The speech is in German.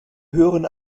höheren